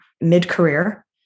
mid-career